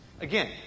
Again